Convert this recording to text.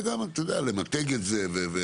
אחד הדברים היה גם למתג את זה ולהראות